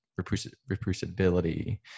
reproducibility